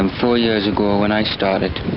and four years ago when i started.